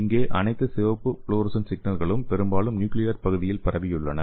இங்கே அனைத்து சிவப்பு ஃப்ளோரசன்ட் சிக்னல்களும் பெரும்பாலும் நியூக்லியார் பகுதியில் பரவியுள்ளன